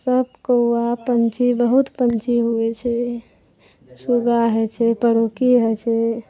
सब कौआ पक्षी बहुत पक्षी होइ छै सुग्गा होइ छै पौड़की होइ छै